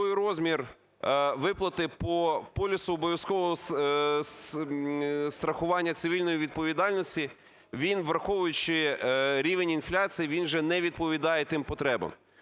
він, враховуючи рівень інфляції, він вже не відповідає тим потребам.